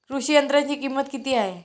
कृषी यंत्राची किंमत किती आहे?